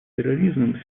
терроризмом